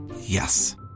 Yes